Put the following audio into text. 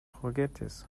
juguetes